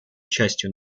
частью